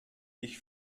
ich